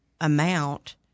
Amount